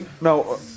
no